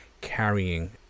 carrying